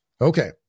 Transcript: Okay